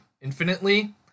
infinitely